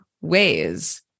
ways